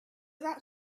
that